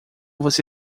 você